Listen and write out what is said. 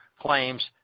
claims